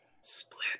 Split